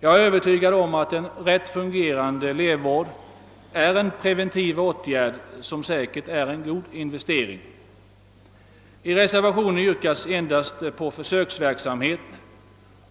Jag är övertygad om att en rätt fungerande elevvård är en preventiv åtgärd som säkert är en god investering. I reservationen yrkas endast på försöksverksamhet.